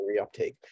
reuptake